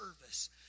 service